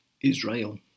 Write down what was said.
Israel